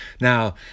Now